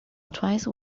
twice